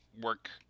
work